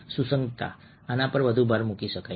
સુસંગતતા આના પર વધુ ભાર મૂકી શકાય નહીં